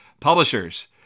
Publishers